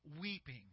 weeping